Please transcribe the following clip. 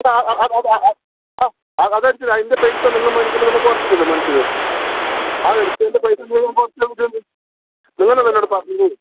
അത് അടിച്ചതാണ് അതിൻ്റെ പൈസ നിങ്ങൾ മേടിക്കുമ്പോൾ നമ്മൾ കുറച്ചിട്ടല്ലെ മേടിച്ചത് അത് എടുത്തതിൻ്റെ പൈസ നിങ്ങൾ കുറച്ച് കൂട്ടിയോ മേ നിങ്ങൾ അല്ലെ അത് എന്നോട് പറഞ്ഞത്